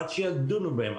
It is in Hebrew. עד שידונו בהן,